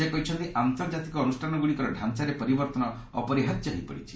ସେ କହିଛନ୍ତି ଆନ୍ତର୍ଜାତିକ ଅନୁଷ୍ଠାନ ଗୁଡ଼ିକର ଡ଼ାଞ୍ଚାରେ ପରିବର୍ତ୍ତନ ଅପରିହାର୍ଯ୍ୟ ହୋଇପଡିଛି